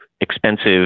expensive